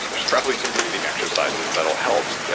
there's probably some breathing exercises that will help,